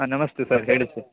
ಹಾಂ ನಮಸ್ತೇ ಸರ್ ಹೇಳಿ ಸರ್